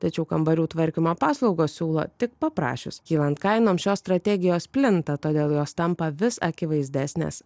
tačiau kambarių tvarkymo paslaugas siūlo tik paprašius kylant kainoms šios strategijos plinta todėl jos tampa vis akivaizdesnės